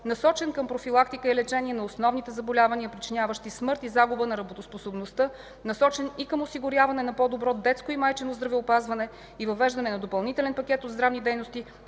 насочен към профилактика и лечение на основните заболявания, причиняващи смърт и загуба на работоспособността, насочен и към осигуряване на по-добро детско и майчино здравеопазване, и въвеждане на допълнителен пакет здравни дейности,